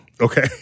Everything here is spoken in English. Okay